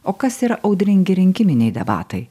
o kas yra audringi rinkiminiai debatai